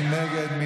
מי נגד?